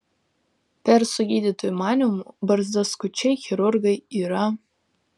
persų gydytojų manymu barzdaskučiai chirurgai yra